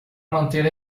manter